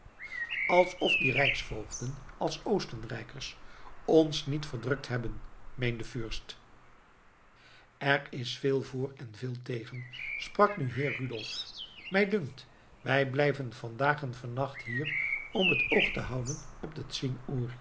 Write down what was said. alsof die rijksvoogden als oostenrijkers ons niet verdrukt hebben meende fürst er is veel voor en veel tegen sprak nu heer rudolf mij dunkt wij blijven vandaag en vannacht hier om het oog te houden op den